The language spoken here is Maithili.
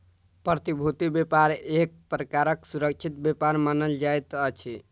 प्रतिभूति व्यापार एक प्रकारक सुरक्षित व्यापार मानल जाइत अछि